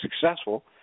successful